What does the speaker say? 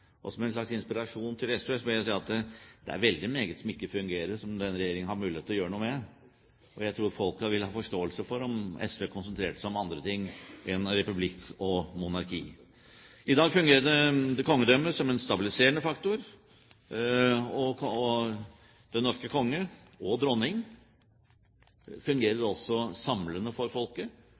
Og som en slags inspirasjon til SV vil jeg si at det er veldig mye som ikke fungerer, som denne regjeringen har mulighet til å gjøre noe med. Jeg tror folket ville ha forståelse for om SV konsentrerte seg om andre ting enn republikk og monarki. I dag fungerer kongedømmet som en stabiliserende faktor, og den norske konge, og dronning, fungerer samlende for folket